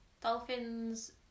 Dolphins